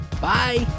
Bye